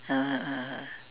(uh huh) (uh huh)